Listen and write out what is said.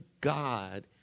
God